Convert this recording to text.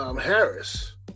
Harris